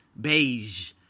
beige